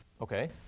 Okay